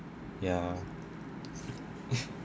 ya